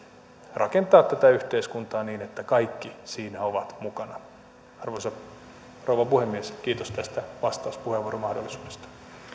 rakentaa tätä yhteiskuntaa niin että kaikki siinä ovat mukana arvoisa rouva puhemies kiitos tästä vastauspuheenvuoromahdollisuudesta